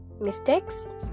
mistakes